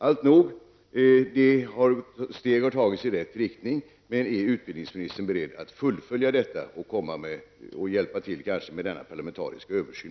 Alltnog -- steg har tagits i rätt riktning, men är utbildningsministern alltså beredd att fullfölja detta och kanske också hjälpa till att åstadkomma en parlamentarisk översyn?